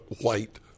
white